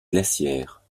glacière